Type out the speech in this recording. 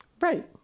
Right